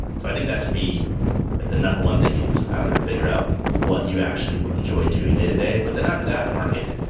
so i think that should be like the number one thing you do as a founder, figure out what you actually will enjoy doing day-to-day. but then after that, market.